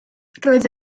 roedd